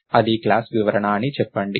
అది క్లాస్ వివరణ అని చెప్పండి